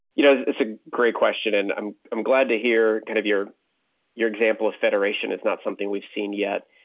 you know it's a great question and i'm i'm glad to hear kind of your your example of federation is not something we've seen yet.